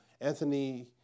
Anthony